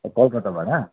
कलकत्ताबाट